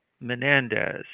Menendez